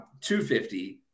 250